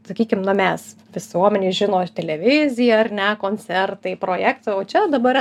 sakykim na mes visuomenė žino televizija ar ne koncertai projektai o čia dabar